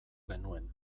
genuen